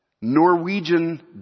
Norwegian